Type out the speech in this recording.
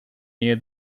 near